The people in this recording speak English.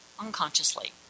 unconsciously